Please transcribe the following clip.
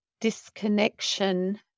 disconnection